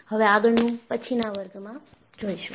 હવે આગળ નું પછીના વર્ગમાં જોઈશું